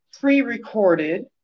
pre-recorded